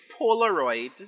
Polaroid